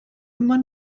immer